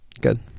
good